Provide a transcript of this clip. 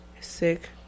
Sick